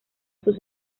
sus